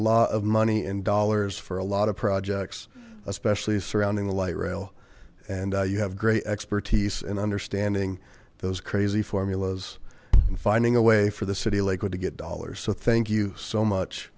lot of money in dollars for a lot of projects especially surrounding the light rail and you have great expertise and understanding those crazy formulas and finding a way for the city of lakewood to get dollars so thank you so much